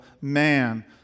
man